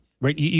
right